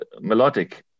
melodic